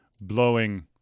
blowing